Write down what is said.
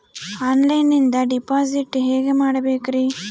ಆನ್ಲೈನಿಂದ ಡಿಪಾಸಿಟ್ ಹೇಗೆ ಮಾಡಬೇಕ್ರಿ?